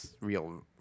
real